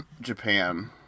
Japan